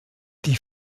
die